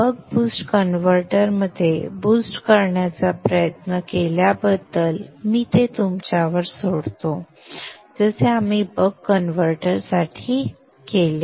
बक boost converter मध्ये boost करण्याचा प्रयत्न केल्याबद्दल मी ते तुमच्यावर सोडतो जसे आम्ही बक कन्व्हर्टर साठी केले